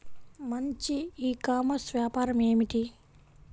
మంచి e commerce వ్యాపారం ఏమిటీ?